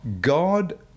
God